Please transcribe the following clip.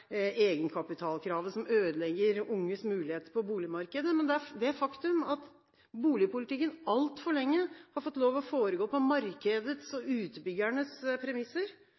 egenkapitalkravet som ødelegger unges muligheter på boligmarkedet, men heller det faktum at boligpolitikken altfor lenge har fått lov å foregå på markedets og utbyggernes premisser.